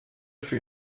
für